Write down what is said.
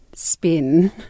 spin